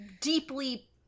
deeply